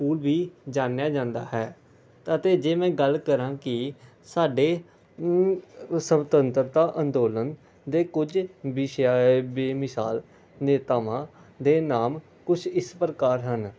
school ਵੀ ਜਾਣਿਆ ਜਾਂਦਾ ਹੈ ਅਤੇ ਜੇ ਮੈਂ ਗੱਲ ਕਰਾਂ ਕਿ ਸਾਡੇ ਸਵਤੰਤਰਤਾ ਅੰਦੋਲਨ ਦੇ ਕੁਝ ਵਿਸ਼ਾ ਬੇਮਿਸਾਲ ਨੇਤਾਵਾਂ ਦੇ ਨਾਮ ਕੁਛ ਇਸ ਪ੍ਰਕਾਰ ਹਨ